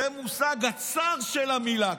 במובן הצר של המילה".